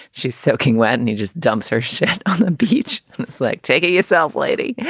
she's soaking wet and he just dumps her shit on a beach. and it's like taking yourself, lady.